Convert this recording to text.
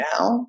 now